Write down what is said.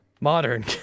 Modern